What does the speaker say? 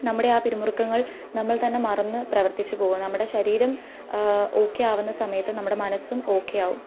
നമ്മുടെ ആ പിരി മുറുക്കങ്ങൾ നമ്മൾ തന്നെ മറന്നു പ്രവർത്തിച്ചു പോകും നമ്മുടെ ശരീരം ഓക്കെയാകുന്ന സമയത്ത് നമ്മുടെ മനസ്സും ഓക്കെയാകും